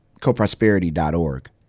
coprosperity.org